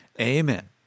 Amen